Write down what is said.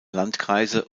landkreise